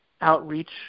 outreach